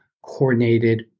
coordinated